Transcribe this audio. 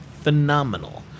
phenomenal